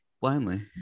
blindly